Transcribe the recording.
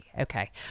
Okay